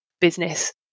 business